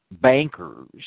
bankers